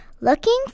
Looking